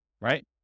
right